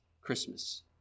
Christmas